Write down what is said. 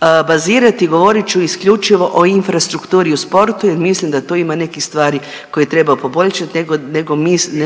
bazirati i govorit ću isključivo o infrastrukturi jer mislim da tu ima nekih stvari koje treba poboljšati, ne